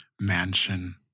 mansion